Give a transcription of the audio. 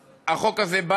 החוק הזה בא